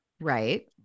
Right